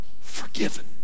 forgiven